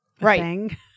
Right